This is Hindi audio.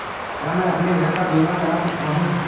क्या मैं अपने घर का बीमा करा सकता हूँ?